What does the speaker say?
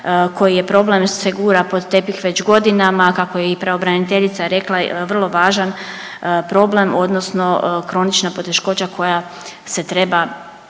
koji je problem se gura pod tepih već godinama kako je i pravobraniteljica rekla, vrlo važan problem odnosno kronična poteškoća koja se treba